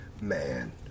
Man